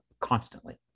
constantly